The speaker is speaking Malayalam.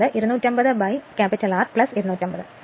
എന്നാൽ ∅ 2 250 R 250